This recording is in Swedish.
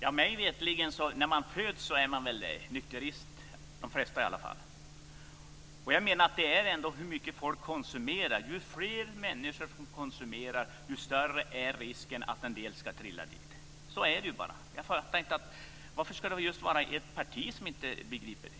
Herr talman! Mig veterligen är de flesta nykterister när de föds. Ju fler människor som konsumerar alkohol desto större är risken att en del ska trilla dit. Så är det bara. Jag förstår inte varför det just ska vara ett parti som inte begriper det.